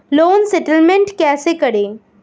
Loan settlement कैसे करें?